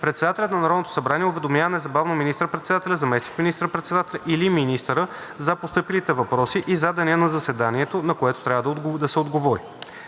Председателят на Народното събрание уведомява незабавно министър-председателя, заместник министър-председателя или министъра за постъпилите въпроси и за деня на заседанието, на което трябва да се отговори.